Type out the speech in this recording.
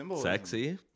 sexy